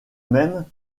même